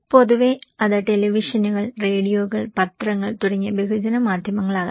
പൊതുവേ അത് ടെലിവിഷനുകൾ റേഡിയോകൾ പത്രങ്ങൾ തുടങ്ങിയ ബഹുജന മാധ്യമങ്ങളാകാം